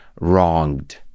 wronged